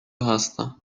هستم